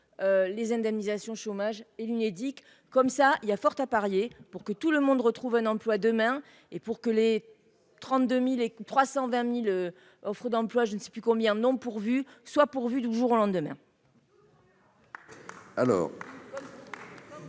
les indemnisations chômage et l'Unédic comme ça, il y a fort à parier pour que tout le monde retrouve un emploi demain et pour que les 32000 et 320000 offres d'emploi, je ne sais plus combien non pourvus soit pourvu du jour au lendemain.